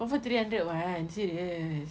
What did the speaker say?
confirm three hundred one serious